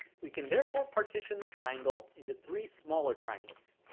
we can therefore partition the triangle into three smaller triangles.